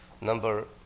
Number